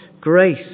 grace